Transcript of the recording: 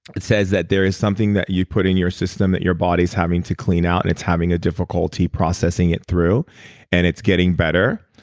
it says that there is something you put in your system that your body is having to clean out and it's having a difficulty processing it through and it's getting better.